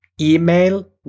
email